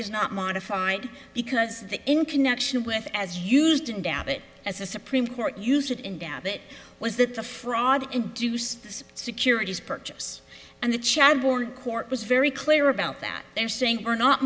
is not modified because the in connection with as used in doubt it as a supreme court used in doubt it was that the fraud induced securities purchase and the child born court was very clear about that they're saying we're not